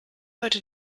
heute